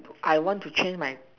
I want to change my